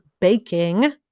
baking